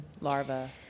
larva